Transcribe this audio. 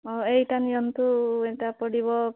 ଓ ଏଇଟା ନିଅନ୍ତୁ ଏଇଟା ପଡ଼ିବ